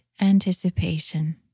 anticipation